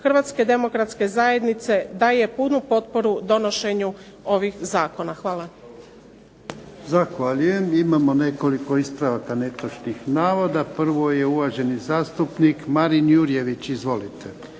Hrvatske demokratske zajednice daje punu potporu donošenju ovih zakona. Hvala. **Jarnjak, Ivan (HDZ)** Zahvaljujem. Imamo nekoliko ispravaka netočnih navoda. Prvo je uvaženi zastupnik Marin Jurjević. Izvolite.